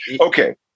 Okay